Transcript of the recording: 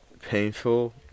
painful